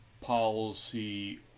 policy